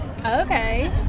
Okay